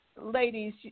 ladies